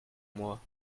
moi